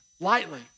lightly